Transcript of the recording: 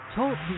Talk